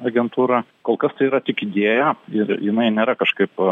agentūra kol kas tai yra tik idėja ir jinai nėra kažkaip